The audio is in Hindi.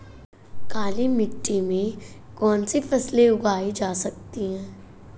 काली मिट्टी में कौनसी फसलें उगाई जा सकती हैं?